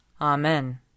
Amen